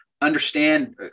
understand